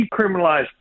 decriminalized